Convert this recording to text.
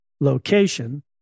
location